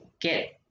get